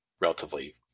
relatively